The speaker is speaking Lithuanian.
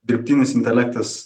dirbtinis intelektas